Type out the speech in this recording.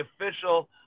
official